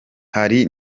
hari